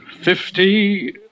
Fifty